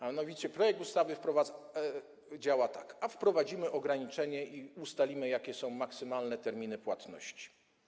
A mianowicie projekt ustawy działa tak: wprowadzimy ograniczenie i ustalimy, jakie są maksymalne terminy płatności.